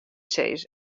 sizze